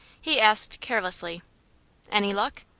he asked carelessly any luck?